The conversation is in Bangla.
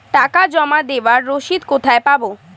টাকা জমা দেবার রসিদ কোথায় পাব?